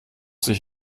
sich